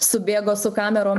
subėgo su kamerom